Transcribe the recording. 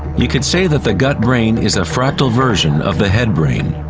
you could say that the gut brain is a fractal version of the head brain,